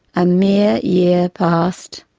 a mere year passed,